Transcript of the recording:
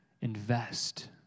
Invest